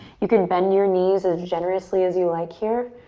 you can bend your knees as generously as you like here.